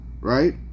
right